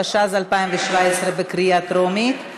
התשע"ז 2017, בקריאה טרומית.